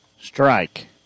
strike